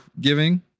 giving